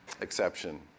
exception